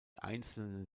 einzelnen